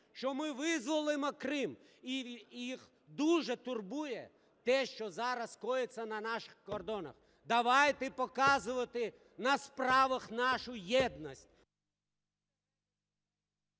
що ми визволимо Крим, і їх дуже турбує те, що зараз коїться на наших кордонах. Давайте показувати на справах нашу єдність…